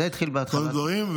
זה התחיל בהתחלה, בחוק, כשהוקם.